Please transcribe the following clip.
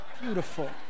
Beautiful